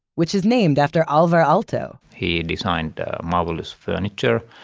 which is named after alvar aalto. he designed marvelous furniture,